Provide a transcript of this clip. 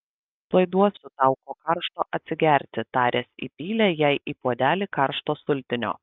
tuoj duosiu tau ko karšto atsigerti taręs įpylė jai į puodelį karšto sultinio